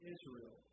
Israel